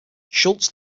schultz